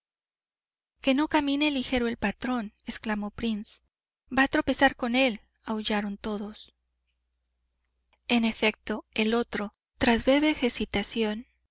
que no camine ligero el patrón exclamó prince va a tropezar con él aullaron todos en efecto el otro tras breve